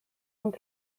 und